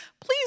please